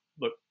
look